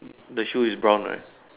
the shoe is brown right